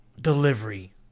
delivery